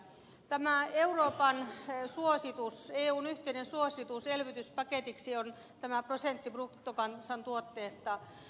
tämä euroopan suositus eun yhteinen suositus elvytyspaketiksi on tämä prosentti bruttokansantuotteesta